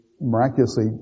miraculously